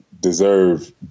deserve